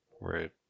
Right